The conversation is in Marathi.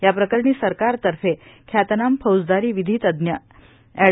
या प्रकरणी सरकार तर्फे ख्यातिनाम फौजदारी विधितज्ञ एड